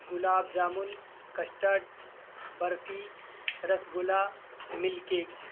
gulab jamun custard barfi rasgulla milk cake